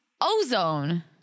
Ozone